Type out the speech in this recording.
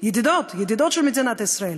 ידידות של מדינת ישראל,